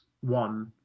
One